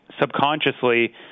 subconsciously